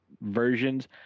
versions